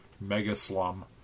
mega-slum